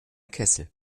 kessel